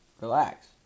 Relax